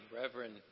Reverend